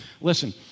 Listen